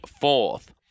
fourth